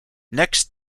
next